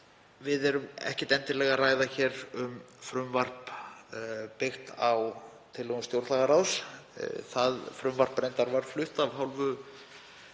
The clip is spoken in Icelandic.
við erum ekki endilega að ræða hér um frumvarp byggt á tillögum stjórnlagaráðs. Það frumvarp var reyndar flutt af hálfu